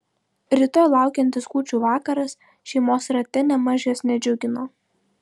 rytoj laukiantis kūčių vakaras šeimos rate nėmaž jos nedžiugino